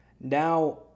Now